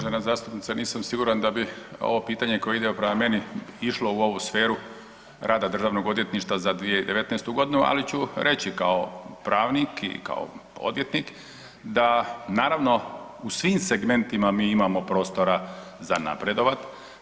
Uvažena zastupnice, nisam siguran da bi ovo pitanje koje ide prema meni išlo u ovu sferu rada Državnog odvjetništva za 2019. godinu ali ću reći kao pravnik i kao odvjetnik, da naravno u svim segmentima mi imamo prostora za napredovati.